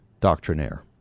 doctrinaire